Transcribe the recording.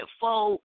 folk